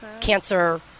cancer